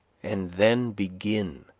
and then begin,